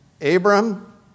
Abram